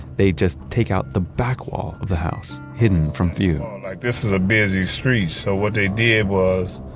they'd just take out the back wall of the house, hidden from view like this is a busy street, so what they did was,